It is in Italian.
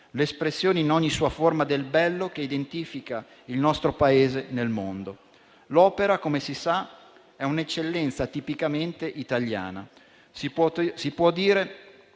l'espressione in ogni sua forma del bello che identifica il nostro Paese nel mondo. L'opera, come si sa, è un'eccellenza tipicamente italiana, si può dire